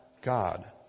God